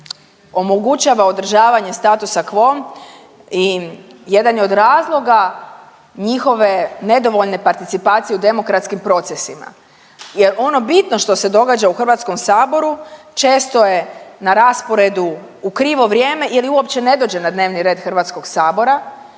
omogućava održavanje statusa quo i jedan je od razloga njihove nedovoljne participacije u demokratskim procesima jer ono bitno što se događa u Hrvatskom saboru često je na rasporedu u krivo vrijeme ili uopće ne dođe na dnevni red Hrvatskog sabora